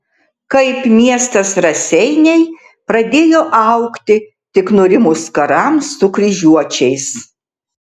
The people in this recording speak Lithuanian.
kaip miestas raseiniai pradėjo augti tik nurimus karams su kryžiuočiais